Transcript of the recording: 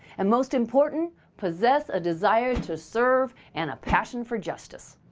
and most important possess a desire to serve and a passion for justice.